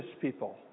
people